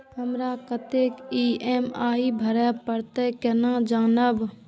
हमरा कतेक ई.एम.आई भरें परतें से केना जानब?